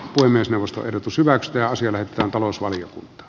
myös neuvostoehdotus hyväksytään sille että talousvalion